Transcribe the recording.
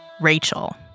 Rachel